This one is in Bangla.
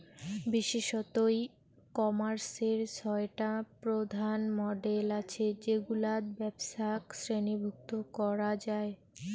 বিশেষতঃ ই কমার্সের ছয়টা প্রধান মডেল আছে যেগুলাত ব্যপছাক শ্রেণীভুক্ত করা যায়